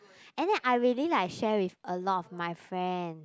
and then I really like share with a lot of my friend